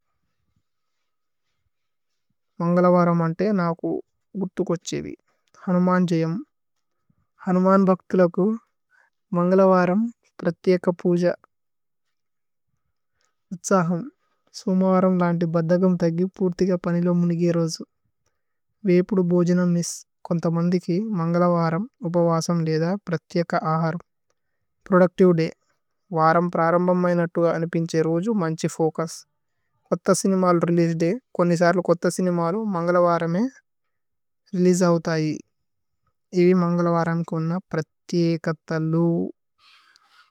മന്ഗലവരമ് അന്തേ നാകു ഗുത്തു കോഛേവി। ഹനുമന് ജയമ് ഹനുമന് ഭ്ഹക്തിലകു। മന്ഗലവരമ് പ്രത്യേക പൂജ। ഉത്സഹമ് സോമവരമ് ലന്തി ബദ്ദഗമ് തഗ്ഗി। പൂര്തിക പനി ലോ മുനിഗി രോജു വേപുദു। ബോജന മിസ്സ് കോന്തമന്ദികി മന്ഗലവരമ്। ഉപവസമ് ദേദ പ്രത്യേക ആഹരമ് പ്രോദുച്തിവേ। ദയ് വരമ് പ്രാരമ്ബമ് മൈനത്തു ഗ അനിപിന്ഛേ। രോജു മന്ഛി ഫോകുസ് കോത്ത സിനിമല് രേലേഅസേ ദയ്।